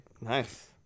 Nice